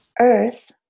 earth